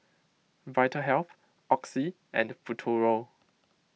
Vitahealth Oxy and Futuro